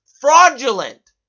Fraudulent